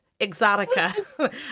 Exotica